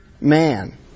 man